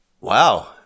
Wow